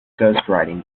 ghostwriting